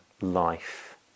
life